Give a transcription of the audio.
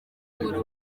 muri